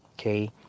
Okay